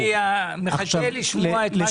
אבל אני מחכה לשמוע את מה שאתה מופקד עליו.